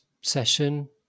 session